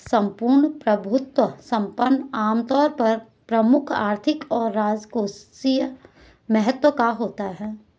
सम्पूर्ण प्रभुत्व संपन्न आमतौर पर प्रमुख आर्थिक और राजकोषीय महत्व का होता है